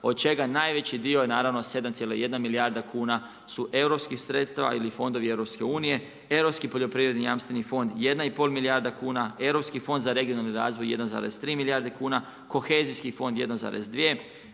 Od čega najveći dio je naravno 7,1 milijarda kuna su iz europskih sredstava ili fondovi EU, europski poljoprivredni jamstveni fond 1,5 milijarda kuna, Europski fond za regionalni razvoj 1,3 milijarde kuna, Kohezijski fond 1,2, Europski